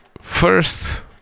first